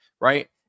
right